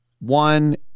One